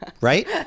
right